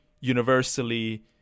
universally